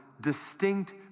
distinct